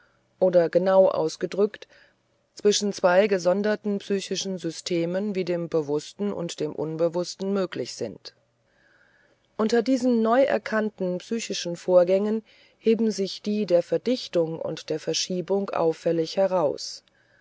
oder genau ausgedrückt zwischen zwei gesonderten psychischen systemen wie dem bewußten und dem unbewußten möglich sind unter diesen neu erkannten psychischen vorgängen heben sich die der verdichtung und der verschiebung auffällig heraus